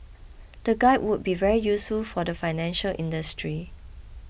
the guide would be very useful for the financial industry